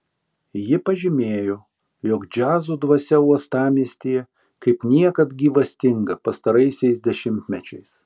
ji pažymėjo jog džiazo dvasia uostamiestyje kaip niekad gyvastinga pastaraisiais dešimtmečiais